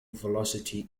velocity